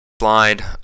slide